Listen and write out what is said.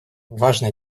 важное